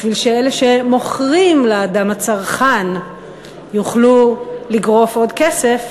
בשביל שאלה שמוכרים לאדם הצרכן יוכלו לגרוף עוד כסף,